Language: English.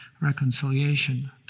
reconciliation